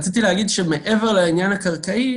רציתי להגיד שמעבר לעניין הקרקעי,